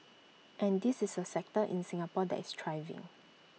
and this is A sector in Singapore that is thriving